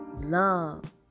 love